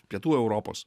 pietų europos